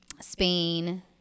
Spain